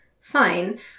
Fine